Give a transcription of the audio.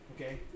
Okay